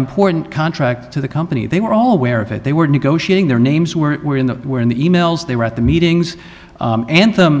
important contract to the company they were all aware of it they were negotiating their names were in that were in the emails they were at the meetings and them